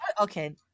okay